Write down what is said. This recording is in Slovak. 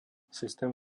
systém